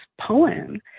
poem